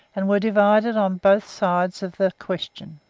and were divided on both sides of the question.